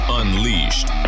unleashed